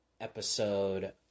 episode